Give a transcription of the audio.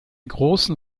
großen